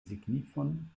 signifon